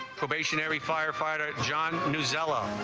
probationary firefighter john, new zealots.